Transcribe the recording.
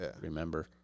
remember